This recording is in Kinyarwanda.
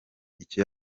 icyo